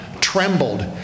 trembled